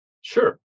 Sure